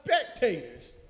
spectators